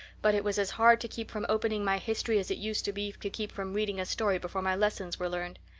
but it was as hard to keep from opening my history as it used to be to keep from reading a story before my lessons were learned.